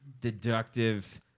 deductive